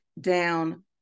Down